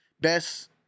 best